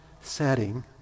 setting